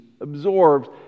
absorbs